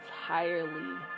entirely